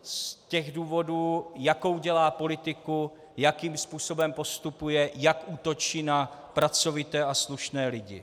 Z těch důvodů, jakou dělá politiku, jakým způsobem postupuje, jak útočí na pracovité a slušné lidi.